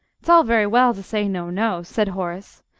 it's all very well to say no, no said horace,